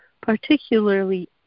particularly